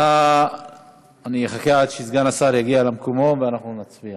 אני אחכה עד שסגן השר יגיע למקומו ואנחנו נצביע.